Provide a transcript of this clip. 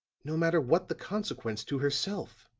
no matter what the consequence to herself.